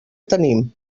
tenim